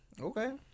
Okay